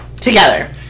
together